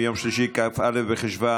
כולם יושבים?